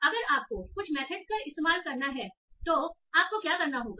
अगर आपको कुछ मेथडस का इस्तेमाल करना है तो आपको क्या करना होगा